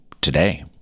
Today